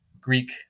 greek